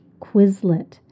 quizlet